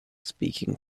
speaking